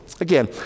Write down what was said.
Again